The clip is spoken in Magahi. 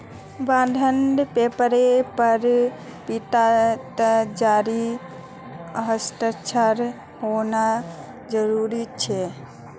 बॉन्ड पेपरेर पर पिताजीर हस्ताक्षर होना जरूरी छेक